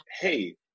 hey